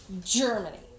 Germany